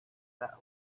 that